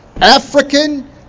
African